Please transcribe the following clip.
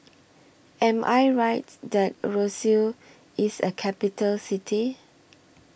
Am I Right that Roseau IS A Capital City